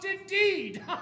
indeed